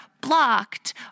blocked